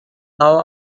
bau